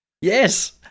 Yes